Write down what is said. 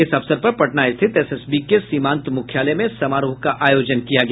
इस अवसर पर पटना स्थित एसएसबी के सीमांत मुख्यालय में समारोह का आयोजन किया गया